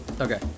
Okay